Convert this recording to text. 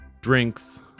drinks